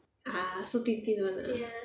ah so thin thin [one] ah